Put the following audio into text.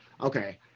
okay